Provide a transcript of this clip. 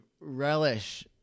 relish